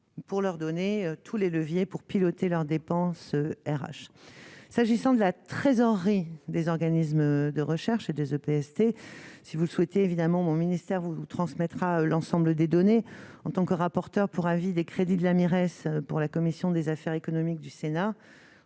pour leur donner tous les leviers pour piloter leurs dépenses RH, s'agissant de la trésorerie des organismes de recherche et des oeufs PST si vous souhaitez évidemment mon ministère vous transmettra l'ensemble des données en tant que rapporteur pour avis des crédits de la mairesse pour la commission des affaires économiques du Sénat,